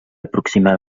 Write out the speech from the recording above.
aproximar